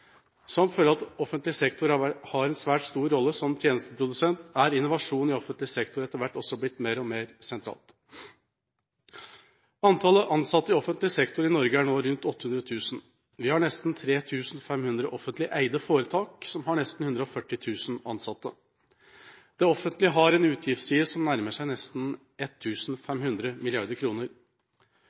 Som følge av at offentlig sektor har en svært stor rolle som tjenesteprodusent, er innovasjon i offentlig sektor etter hvert også blitt mer og mer sentralt. Antallet ansatte i offentlig sektor i Norge er nå rundt 800 000. Vi har nesten 3 500 offentlig eide foretak, som har nesten 140 000 ansatte. Det offentlige har en utgiftsside som nærmer seg